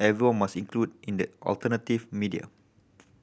everyone must include in the alternative media